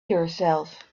yourself